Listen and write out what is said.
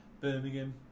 Birmingham